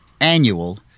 annual